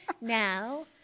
Now